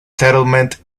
settlement